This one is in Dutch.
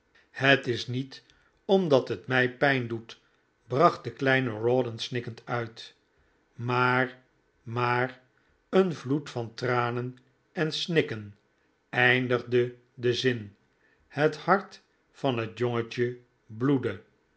het is niet omdat het mij pijn doet bracht de kleine rawdon snikkend uit maar maar een vloed van tranen en snikken eindigde den zin het hart van het jongetje bloedde